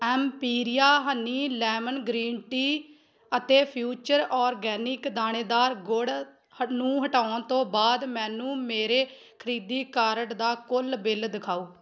ਐਮਪੀਰੀਆ honey lemon green tea ਅਤੇ Future organic ਦਾਣੇਦਾਰ ਗੁੜ ਹ ਨੂੰ ਹਟਾਉਣ ਤੋਂ ਬਾਅਦ ਮੈਨੂੰ ਮੇਰੇ ਖਰੀਦੀ ਕਾਰਟ ਦਾ ਕੁੱਲ ਬਿੱਲ ਦਿਖਾਓ